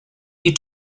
you